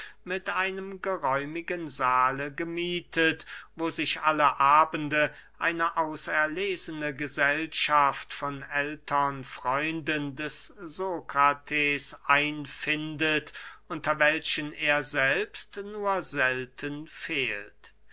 mit einem geräumigen sahle gemiethet wo sich alle abende eine auserlesene gesellschaft von ältern freunden des sokrates einfindet unter welchen er selbst nur selten fehlt